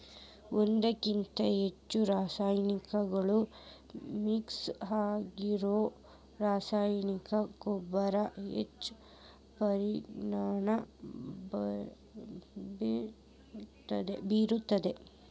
ಒಂದ್ಕಕಿಂತ ಹೆಚ್ಚು ರಾಸಾಯನಿಕಗಳು ಮಿಕ್ಸ್ ಆಗಿರೋ ರಾಸಾಯನಿಕ ಗೊಬ್ಬರ ಹೆಚ್ಚ್ ಪರಿಣಾಮ ಬೇರ್ತೇತಿ